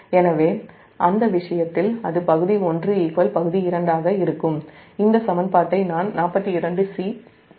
எனவே அந்த விஷயத்தில் அது பகுதி 1 பகுதி 2 ஆக இருக்கும் இந்த சமன்பாட்டை நான் 42 தருகிறேன்